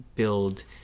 build